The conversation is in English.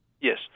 yes